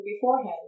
beforehand